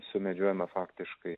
sumedžiojome faktiškai